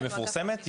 היא מפורסמת?